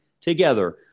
together